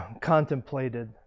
contemplated